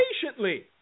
patiently